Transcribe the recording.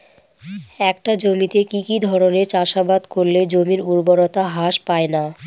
একটা জমিতে কি কি ধরনের চাষাবাদ করলে জমির উর্বরতা হ্রাস পায়না?